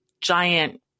giant